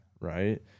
right